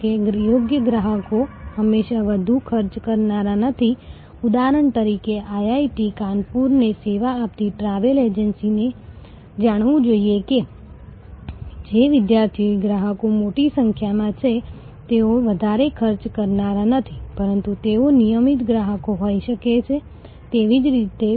તેથી જ સમય જતાં ગ્રાહકો હંમેશા વધુને વધુ નફાકારક બને છે અને તેથી જ આજે મોટાભાગના તમામ વ્યવસાયોમાં ખાસ કરીને સેવા વ્યવસાયમાં ગ્રાહક મેળવવાનો ખર્ચ ખૂબ વધારે થાય છે એની ચર્ચા આપડે સપ્તાહની શરૂઆત માં કરી હતી